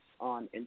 on